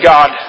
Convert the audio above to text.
God